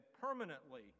permanently